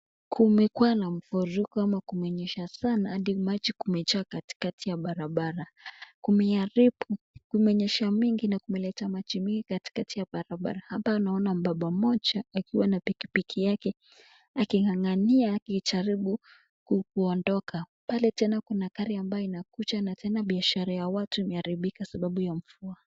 Kumekuwa na mfuriko ama kumenyesha sana hadi maji kumejaa katikati ya barabara. Kumeharibu, kumenyesha mingi na kumeleta maji mingi katikati ya barabara. Hapa naona mbaba mmoja akiwa na pikipiki yake, akiing'ang'ania akijaribu kukuondoka. Pale tena kuna gari ambayo inakuja na tena biashara ya watu imeharibika sababu ya mvua.